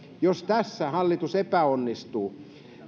jos tässä hallitus epäonnistuu